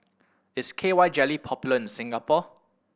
is K Y Jelly popular in Singapore